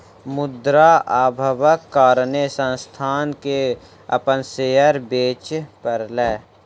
मुद्रा अभावक कारणेँ संस्थान के अपन शेयर बेच पड़लै